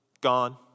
Gone